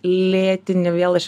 lėtinį vėl aš